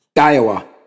Iowa